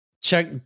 Check